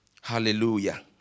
Hallelujah